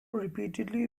repeatedly